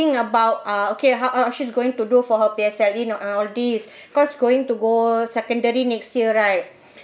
about uh okay how uh she's going to do for her P_S_L_E know uh all these cause going to go secondary next year right